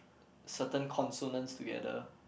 certain consonants together